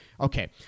Okay